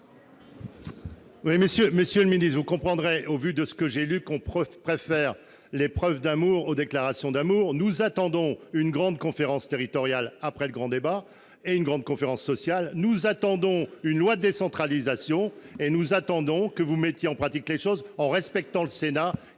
Monsieur le ministre, vous l'aurez compris au vu de ce que j'ai lu, nous préférons les preuves d'amour aux déclarations d'amour. Nous attendons une grande conférence territoriale et une grande conférence sociale après le grand débat. Nous attendons une loi de décentralisation et nous attendons que vous mettiez en pratique les choses en respectant le Sénat,